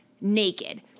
naked